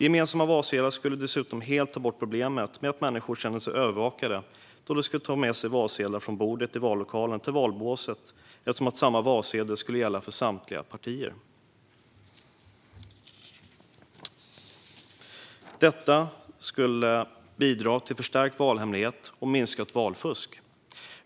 Gemensamma valsedlar skulle dessutom helt ta bort problemet med att människor känner sig övervakade då de ska ta med sig valsedlar från bordet i vallokalen till valbåset, eftersom samma valsedel skulle gälla för samtliga partier. Detta skulle bidra till förstärkt valhemlighet och minskat valfusk.